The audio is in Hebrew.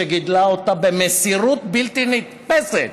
שגידלה אותו במסירות בלתי נתפסת,